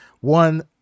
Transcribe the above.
one